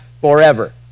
forever